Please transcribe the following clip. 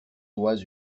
doigts